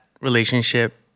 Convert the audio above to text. relationship